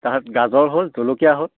তাৰ পাছত গাজৰ হ'ল জলকীয়া হ'ল